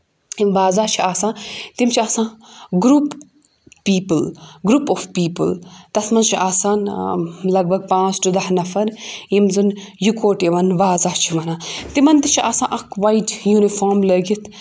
یِم وازا چھِ آسان تِم چھِ آسان group people group of people تَتھ منٛز چھِ آسان لگ بگ پانٛژھ ٹُو دَہ نَفَر یِم زَن یکوٹہٕ یِوان وازا چھِ وَنان تِمَن تہِ چھِ آسان اَکھ وایٹ یوٗنِفارم لٲگِتھ